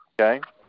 Okay